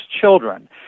children